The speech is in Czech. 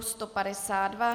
152.